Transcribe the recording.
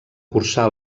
cursar